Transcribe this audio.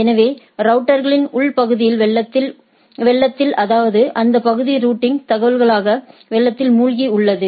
எனவே ரவுட்டர்களின் உள் பகுதி வெள்ளத்தில் அதாவது அந்தப் பகுதி ரூட்டிங் தகவல்களால் வெள்ளத்தில் மூழ்கி உள்ளது